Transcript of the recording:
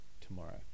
tomorrow